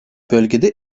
bölgede